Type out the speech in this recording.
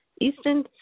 Eastern